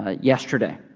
ah yesterday.